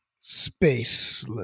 space